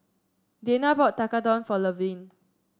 Dayna bought Tekkadon for Levern